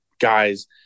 guys